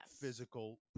physical